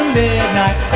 midnight